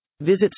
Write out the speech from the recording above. Visit